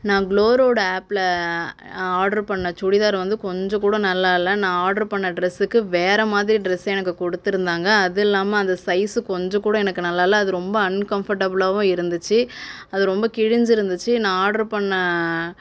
நான் குளோரோட ஆப்பில் ஆட்ரு பண்ண சுடிதார் வந்து கொஞ்சம்கூட நல்லாயில்ல நான் ஆட்ரு பண்ண டிரெஸ்க்கு வேற மாதிரி டிரெஸ் எனக்குக் கொடுத்துருந்தாங்க அது இல்லாம அந்தச் சைஸ் எனக்குக் கொஞ்சம்கூட எனக்கு நல்லாயில்ல அது ரொம்ப அன்கம்போர்ட்டபுலாக இருந்திச்சு அது ரொம்ப கிளிஞ்சிருந்திச்சு நான் ஆட்ரு பண்ண